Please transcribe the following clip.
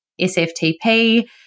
SFTP